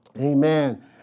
Amen